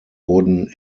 wurden